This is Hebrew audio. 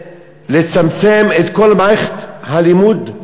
לצמצם את כל מערכת הלימוד.